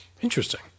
interesting